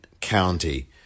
County